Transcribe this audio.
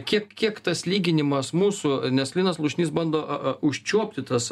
kiek kiek tas lyginimas mūsų nes linas slušnys a bando užčiuopti tas